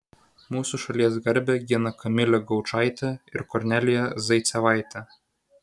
mūsų šalies garbę gina kamilė gaučaitė ir kornelija zaicevaitė